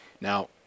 now